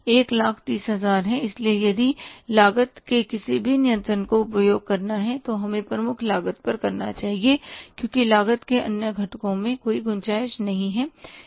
130000 है इसलिए यदि लागत के किसी भी नियंत्रण का उपयोग करना है तो हमें प्रमुख लागत पर करना चाहिए क्योंकि लागत के अन्य घटकों में कोई गुंजाईश नहीं है